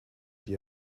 die